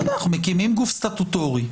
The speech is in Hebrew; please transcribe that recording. מקימים גוף סטטוטורי,